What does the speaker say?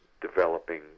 developing